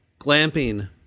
glamping